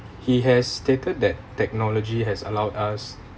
he has stated that technology has allowed us